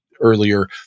earlier